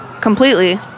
completely